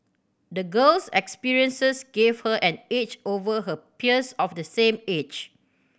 the girl's experiences gave her an edge over her peers of the same age